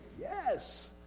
Yes